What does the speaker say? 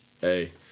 Hey